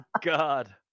God